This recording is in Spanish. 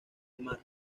mar